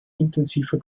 intensiver